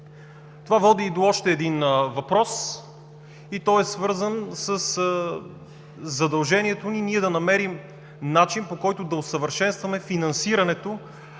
Това води и до още един въпрос. Той е свързан със задължението ние да намерим начин, по който да усъвършенстваме финансирането